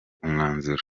umwanzuro